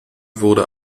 wurde